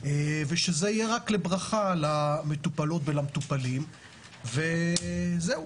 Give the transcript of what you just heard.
ושזה יהיה רק לברכה למטופלות ולמטופלים, וזהו.